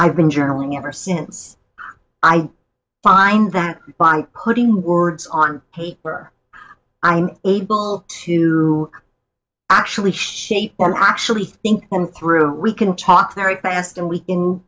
i've been journaling ever since i find that by putting words on paper i'm able to actually shape them actually think and through we can talk very fast and we